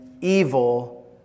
evil